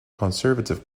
conservative